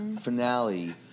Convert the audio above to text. finale